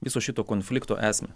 viso šito konflikto esmę